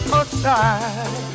aside